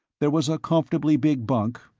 there was a comfortably big bunk,